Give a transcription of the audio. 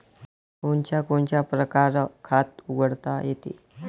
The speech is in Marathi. कोनच्या कोनच्या परकारं खात उघडता येते?